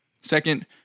Second